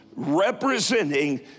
representing